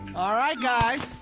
alright guys,